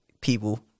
people